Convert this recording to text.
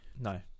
no